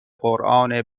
قرآن